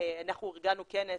אנחנו ארגנו כנס,